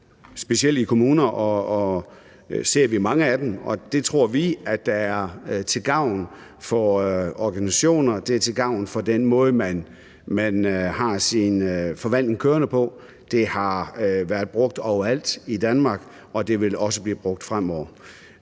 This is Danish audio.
specielt i kommuner ser vi mange af dem. Det tror vi er til gavn for organisationer, det er til gavn for den måde, man har sin forvaltning kørende på. Det har været brugt over alt i Danmark, og det vil også blive brugt fremover.